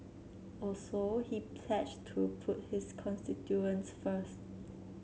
also he pledged to put his constituents first